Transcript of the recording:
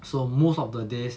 so most of the days